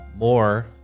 More